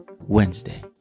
Wednesday